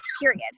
period